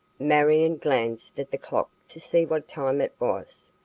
marion glanced at the clock to see what time it was,